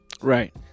Right